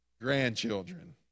grandchildren